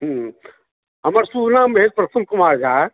हूँ हमर शुभ नाम भेल प्रसून कुमार झा